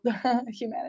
humanity